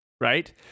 right